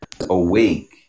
awake